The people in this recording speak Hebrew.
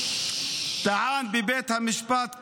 טען בבית המשפט כך: